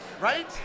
Right